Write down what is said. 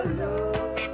love